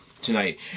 tonight